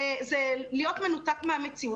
זה להיות מנותק מהמציאות.